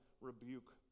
rebuke